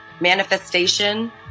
manifestation